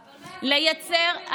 לייצר,